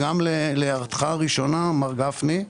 להערתך הראשונה חבר הכנסת גפני,